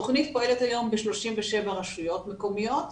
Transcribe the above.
התכנית פועלת היום ב-37רשויות מקומיות,